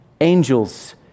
angels